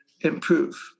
improve